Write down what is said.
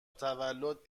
تولد